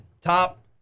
top